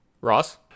Ross